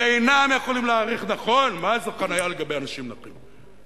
ואינם יכולים להעריך נכון מה זו חנייה לגבי אנשים נכים.